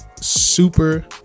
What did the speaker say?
super